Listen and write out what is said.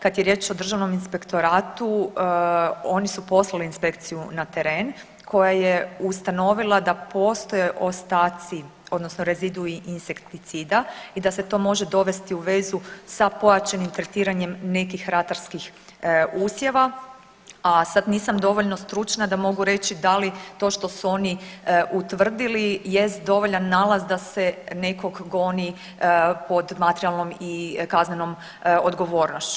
Kada je riječ o Državnom inspektoratu oni su poslali inspekciju na teren koja je ustanovila da postoje ostaci odnosno rezidui insekticida i da se to može dovesti u vezu sa pojačanjem tretiranjem nekih ratarskih usjeva, a sad nisam dovoljno stručna da mogu reći da li to što su oni utvrdili jest dovoljan nalaz da se nekog goni pod materijalnom i kaznenom odgovornošću.